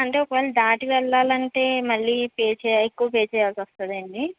అంటే ఒకవేళ దాటి వెళ్ళాలి అంటే మళ్ళీ పే చె ఎక్కువ పే చేయల్సి వస్తుందండీ